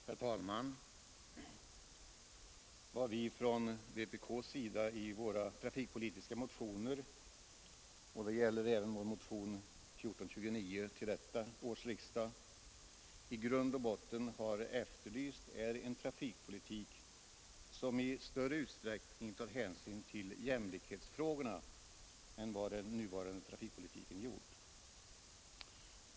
Herr talman! Vad vi från vpk i våra trafikpolitiska motioner, bl.a. i motionen 1429 till detta års riksdag, i grund och botten har efterlyst är en trafikpolitik som i större utsträckning tar hänsyn till jämlikhetsfrågorna än vad den nuvarande trafikpolitiken gjort.